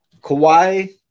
Kawhi